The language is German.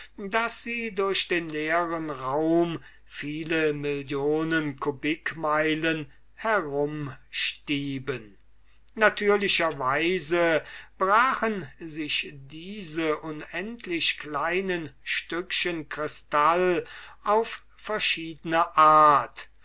daß sie durch den leeren raum viele millionen cubicmeilen herumstieben natürlicher weise brachen sich diese unendlich kleine stückchen krystall auf verschiedene art